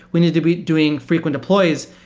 we need to be doing frequent deploys.